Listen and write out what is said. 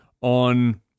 on